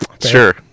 Sure